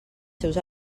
seus